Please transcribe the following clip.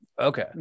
Okay